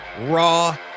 raw